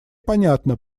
понятно